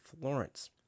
Florence